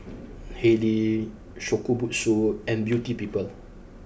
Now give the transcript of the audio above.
Haylee Shokubutsu and Beauty People